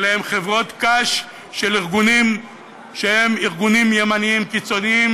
אלה הן חברות קש של ארגונים שהם ארגונים ימניים קיצוניים